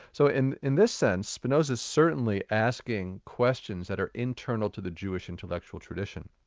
so, in in this sense, spinoza's certainly asking questions that are internal to the jewish intellectual tradition.